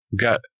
got